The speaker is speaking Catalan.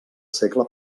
segle